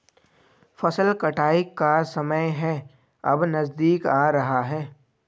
फसल कटाई का समय है अब नजदीक आ रहा है